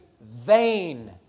vain